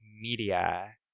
Media